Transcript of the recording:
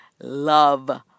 love